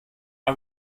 are